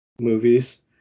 movies